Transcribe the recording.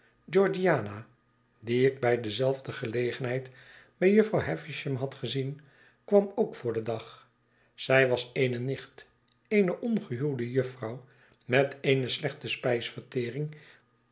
georgiana die ik bij dezelfde gelegenheid bij jufvrouw havisham had gezien kwam ook voor den dag zij was eene nicht eene ongehuwde jufvrouw met eene slechte spijsvertering